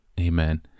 Amen